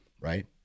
Right